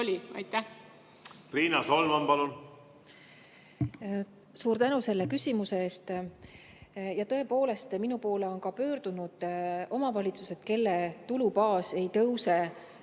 Riina Solman, palun! Suur tänu selle küsimuse eest! Tõepoolest, minu poole on pöördunud omavalitsused, kelle tulubaas praegu